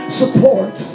support